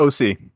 OC